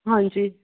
ਹਾਂਜੀ